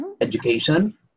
education